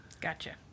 Gotcha